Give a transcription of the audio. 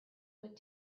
what